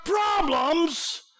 problems